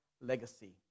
Legacy